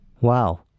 wow